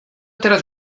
teraz